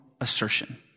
assertion